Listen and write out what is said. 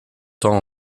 temps